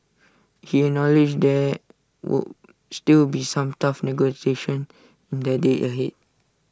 he acknowledged there would still be some tough negotiations in the days ahead